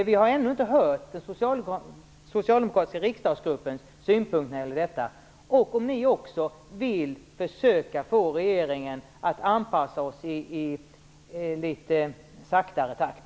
Vi har ännu inte hört den socialdemokratiska riksdagsgruppens synpunkt när det gäller detta eller om ni också vill försöka få regeringen att anpassa oss i litet långsammare takt.